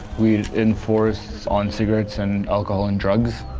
we'd enforce on cigarettes and alcohol and drugs.